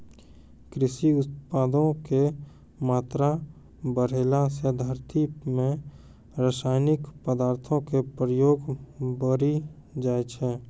कृषि उत्पादो के मात्रा बढ़ैला से धरती मे रसायनिक पदार्थो के प्रयोग बढ़ि जाय छै